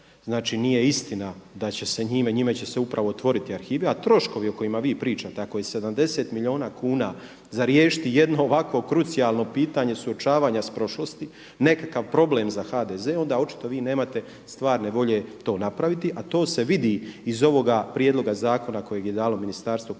Znači nije istina da će se njime, njime će se upravo otvoriti arhivi, a troškovi o kojima vi pričate, a koji 70 milijuna kuna za riješiti jedno ovakvo krucijalno pitanje suočavanja s prošlosti nekakav problem za HDZ onda očito vi nemate stvarne volje to napraviti, a to se vidi iz ovoga prijedloga zakona kojeg je dalo Ministarstvo kulture.